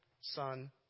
son